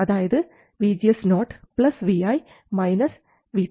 അതായത് VGS0 vi VT